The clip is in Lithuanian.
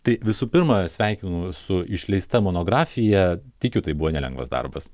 tai visų pirma sveikinu su išleista monografija tikiu tai buvo nelengvas darbas